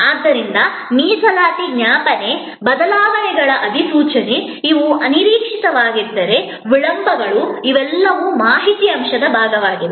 ಆದ್ದರಿಂದ ಮೀಸಲಾತಿ ಜ್ಞಾಪನೆ ಬದಲಾವಣೆಗಳ ಅಧಿಸೂಚನೆ ಇವು ಅನಿರೀಕ್ಷಿತವಾಗಿದ್ದರೆ ವಿಳಂಬಗಳು ಇವೆಲ್ಲವೂ ಮಾಹಿತಿ ಅಂಶದ ಭಾಗವಾಗಿದೆ